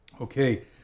Okay